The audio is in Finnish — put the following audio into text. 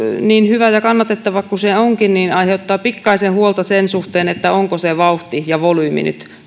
niin hyvä ja kannatettava kuin se onkin aiheuttaa pikkaisen huolta sen suhteen ovatko ne vauhti ja volyymi